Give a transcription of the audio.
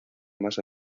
masa